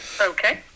Okay